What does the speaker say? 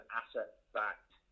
asset-backed